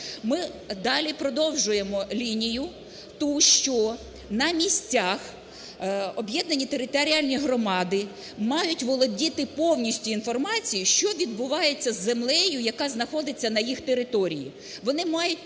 Ми далі продовжуємо лінію ту, що на місцях об'єднані територіальні громади мають володіти повністю інформацією, що відбувається із землею, яка знаходиться на їх території.